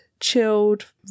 Chilled